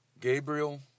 Gabriel